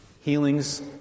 healings